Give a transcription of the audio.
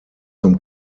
zum